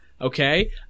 okay